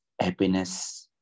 happiness